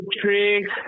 tricks